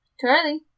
Charlie